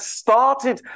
started